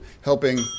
helping